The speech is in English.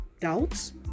doubts